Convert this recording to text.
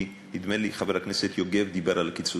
כי נדמה לי, חבר הכנסת יוגב דיבר על קיצוץ.